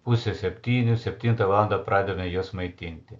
pusė septynių septintą valandą pradedam juos maitinti